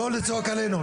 לא לצעוק עלינו,